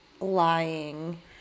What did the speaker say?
lying